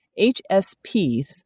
HSPs